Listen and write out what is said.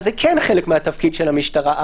זה כן חלק מהתפקיד של המשטרה.